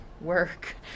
work